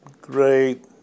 Great